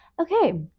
Okay